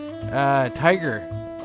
Tiger